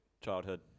childhood